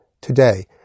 today